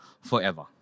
forever